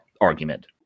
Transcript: argument